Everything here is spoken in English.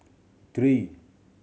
three